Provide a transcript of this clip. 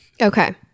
Okay